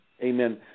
amen